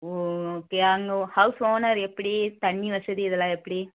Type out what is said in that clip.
ஒ ஓகே அங்கே house owner எப்படி தண்ணி வசதி இதெலாம் எப்படி